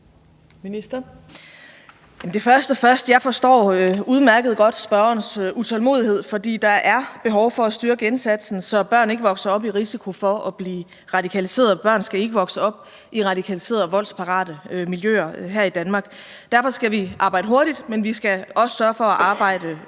det første: Jeg forstår udmærket godt spørgerens utålmodighed, for der er behov for at styrke indsatsen, så børn ikke vokser op i risiko for at blive radikaliseret. Børn skal ikke vokse op i radikaliserede og voldsparate miljøer her i Danmark. Derfor skal vi arbejde hurtigt, men vi skal også sørge for at arbejde